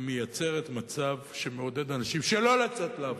היא מייצרת מצב שמעודד אנשים שלא לצאת לעבודה,